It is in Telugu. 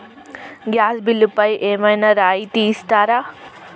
గ్యాస్ బిల్లుపై ఏమైనా రాయితీ ఇస్తారా?